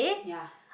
ya